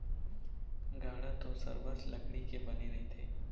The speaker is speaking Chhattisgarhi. गाड़ा तो सरबस लकड़ी के बने रहिथे